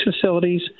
facilities